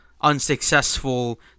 unsuccessful